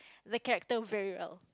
the character very well